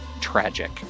tragic